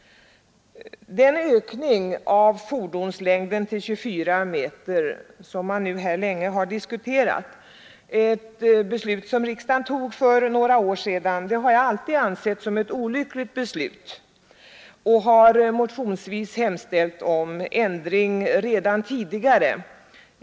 Det beslut om fastställande av fordonslängden till 24 meter som riksdagen fattade för några år sedan har jag alltid ansett olyckligt. Jag har redan tidigare motionsvis hemställt om en ändring.